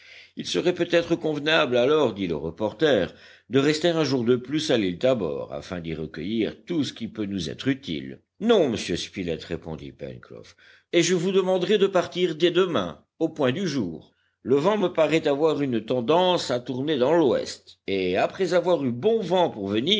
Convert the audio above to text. il serait peut-être convenable alors dit le reporter de rester un jour de plus à l'île tabor afin d'y recueillir tout ce qui peut nous être utile non monsieur spilett répondit pencroff et je vous demanderai de partir dès demain au point du jour le vent me paraît avoir une tendance à tourner dans l'ouest et après avoir eu bon vent pour venir